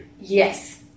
Yes